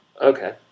okay